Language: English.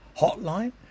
hotline